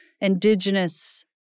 indigenous